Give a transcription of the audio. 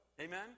Amen